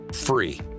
free